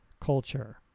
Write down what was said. culture